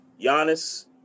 Giannis